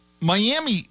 Miami